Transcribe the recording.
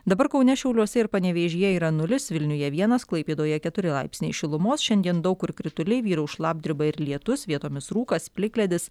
dabar kaune šiauliuose ir panevėžyje yra nulis vilniuje vienas klaipėdoje keturi laipsniai šilumos šiandien daug kur krituliai vyraus šlapdriba ir lietus vietomis rūkas plikledis